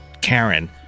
Karen